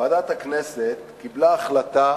ועדת הכנסת קיבלה החלטה